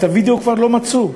ואת הווידיאו כבר לא מצאו,